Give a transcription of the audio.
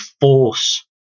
force